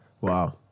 Wow